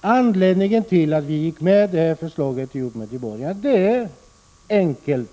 Anledningen till att vi gick ihop med de borgerliga är helt enkelt